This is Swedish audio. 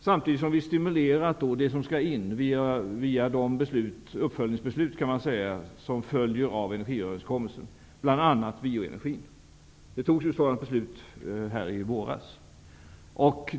Samtidigt har vi stimulerat den som skall in via de uppföljningsbeslut som följer av energiöverenskommelsen, bl.a. Ett sådant beslut fattades i våras.